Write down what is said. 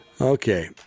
okay